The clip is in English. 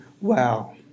wow